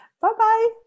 Bye-bye